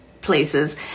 places